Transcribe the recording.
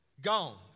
Gone